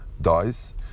dies